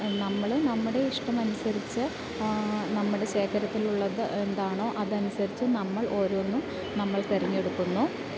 നമ്മൾ നമ്മുടെ ഇഷ്ടം അനുസരിച്ച് നമ്മുടെ ശേഖരത്തിലുള്ളത് എന്താണോ അതനുസരിച്ച് നമ്മൾ ഓരോന്നും നമ്മൾ തെരഞ്ഞെടുക്കുന്നു